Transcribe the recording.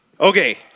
Okay